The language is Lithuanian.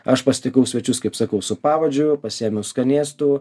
aš pasitikau svečius kaip sakau su pavadžiu pasiėmiau skanėstų